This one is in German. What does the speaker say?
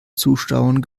zuschauern